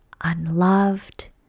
unloved